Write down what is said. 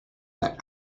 that